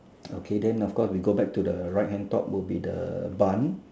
okay then of course we go back to the right hand top will be the bun